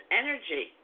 energy